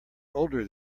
older